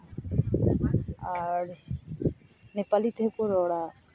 ᱟᱨ ᱱᱮᱯᱟᱞᱤ ᱛᱮᱦᱚᱸ ᱠᱚ ᱨᱚᱲᱟ